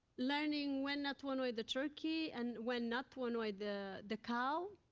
learning when not to annoy the turkey and when not to annoy the the cow.